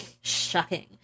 Shocking